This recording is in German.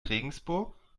regensburg